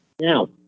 Now